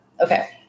Okay